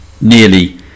nearly